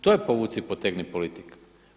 To je povuci potegni politika.